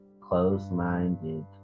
closed-minded